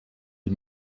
die